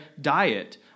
diet